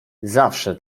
zawsze